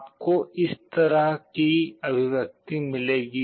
आपको इस तरह की अभिव्यक्ति मिलेगी